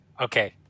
Okay